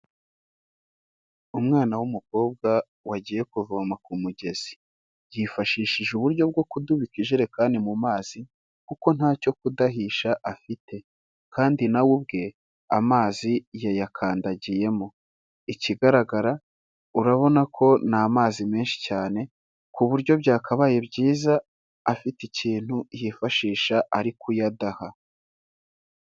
Umwana w'umukobwa wagiye kuvoma ku mugezi yifashishije uburyo bwo kudubika ijerekani mu mazi kuko ntacyo kudahisha afite kandi nawe ubwe amazi yayakandagiyemo ,ikigaragara urabona ko n'amazi menshi cyane ku buryo byakabaye byiza afite ikintu yifashisha ari kuyadaha.